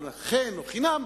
או חן או חינם.